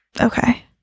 Okay